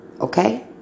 okay